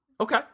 Okay